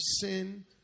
sin